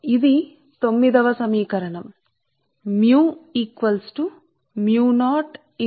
కాబట్టి ఇది సమీకరణం 9 ఇక్కడ మరియు హెన్రీ మీటరుకు అంతరిక్షం యొక్క పారగమ్యత మరియు సాపేక్ష పారగమ్యత సాపేక్ష పారగమ్యత సరే